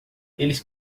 eles